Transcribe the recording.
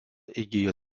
įgijo